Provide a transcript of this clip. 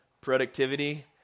productivity